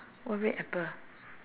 what red apple